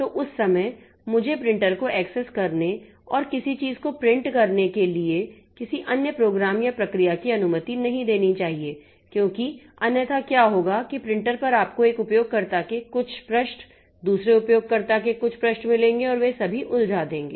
तो उस समय मुझे प्रिंटर को एक्सेस करने और किसी चीज़ को प्रिंट करने के लिए किसी अन्य प्रोग्राम या प्रक्रिया की अनुमति नहीं देनी चाहिए क्योंकि अन्यथा क्या होगा कि प्रिंटर पर आपको एक उपयोगकर्ता के कुछ पृष्ठ दूसरे उपयोगकर्ता के कुछ पृष्ठ मिलेंगे और वे सभी उलझा देंगे